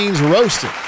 roasted